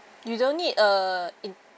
you don't need a in~